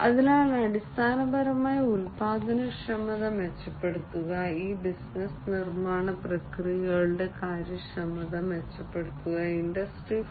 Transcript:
അതിനാൽ അടിസ്ഥാനപരമായി ഉൽപ്പാദനക്ഷമത മെച്ചപ്പെടുത്തുക ഈ ബിസിനസ്സ് നിർമ്മാണ പ്രക്രിയകളുടെ കാര്യക്ഷമത മെച്ചപ്പെടുത്തുക ഇൻഡസ്ട്രി 4